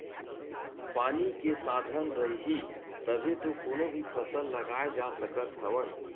पानी के साधन रइही तभे तो कोनो भी फसल लगाए जा सकत हवन